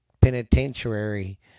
Penitentiary